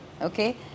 Okay